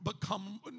Become